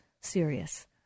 serious